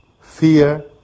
fear